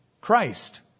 Christ